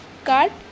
card